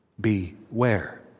Beware